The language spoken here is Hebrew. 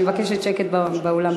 אני מבקשת שקט באולם.